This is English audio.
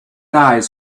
eyes